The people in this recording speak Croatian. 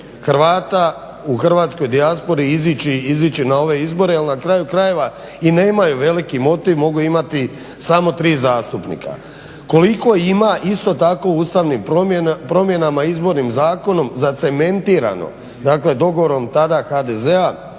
Hrvata u hrvatskoj dijaspori izići na ove izbore jer na kraju krajeva i nemaju veliki motiv, mogu imati samo tri zastupnika. Koliko ima isto tako ustavnih promjena Izbornim zakonom zacementirano dakle dogovorom tada HDZ-a